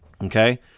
Okay